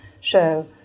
show